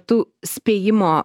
tu spėjimo